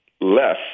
less